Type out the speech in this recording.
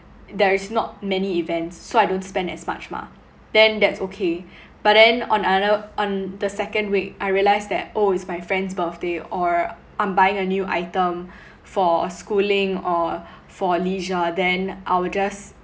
there is not many events so I don't spend as much mah then that's okay but then on another on the second week I realised that oh it's my friend's birthday or I'm buying a new item for schooling or for leisure then I will just